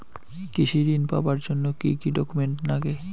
কৃষি ঋণ পাবার জন্যে কি কি ডকুমেন্ট নাগে?